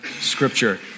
scripture